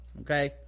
okay